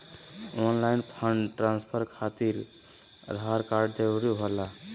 Online fund transfer खातिर Aadhaar card जरूरी होला?